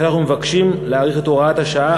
לכן אנחנו מבקשים להאריך את הוראת השעה